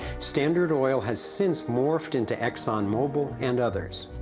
standard oil has since morfed into exxon mobil and others.